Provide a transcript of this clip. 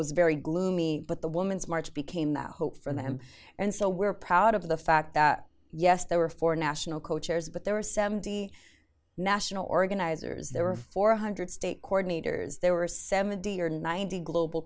was very gloomy but the woman's march became the hope for them and so we're proud of the fact that yes there were four national co chairs but there were seventy national organizers there were four hundred state court meters there were seventy or ninety global